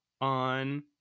on